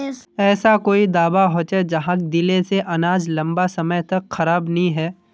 ऐसा कोई दाबा होचे जहाक दिले से अनाज लंबा समय तक खराब नी है?